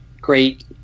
great